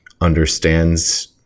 understands